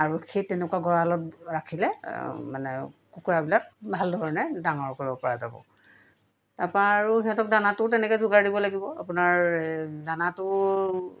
আৰু সেই তেনেকুৱা গঁড়ালত ৰাখিলে মানে কুকুৰাবিলাক ভাল ধৰণে ডাঙৰ কৰিব পৰা যাব তাৰপৰা আৰু সিহঁতক দানাটোও তেনেকৈ যোগাৰ দিব লাগিব আপোনাৰ এই দানাটো